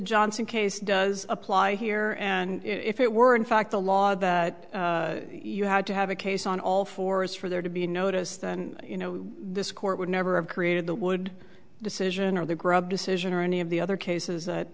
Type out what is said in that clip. johnson case does apply here and if it were in fact the law that you had to have a case on all fours for there to be a notice then you know this court would never have created the would decision or the grub decision or any of the other cases that